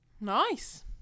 Nice